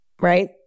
right